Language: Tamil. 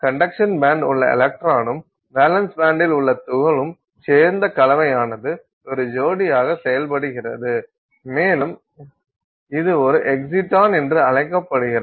கண்டக்ஷன் பேண்டில் உள்ள எலக்ட்ரான்னும் வேலன்ஸ் பேண்டில் உள்ள தூளும் சேர்ந்த கலவையானது ஒரு ஜோடியாக செயல்படுகிறது மேலும் இது ஒரு எக்ஸிடான் என்று அழைக்கப்படுகிறது